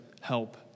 help